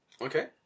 Okay